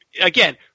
again